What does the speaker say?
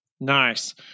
Nice